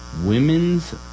women's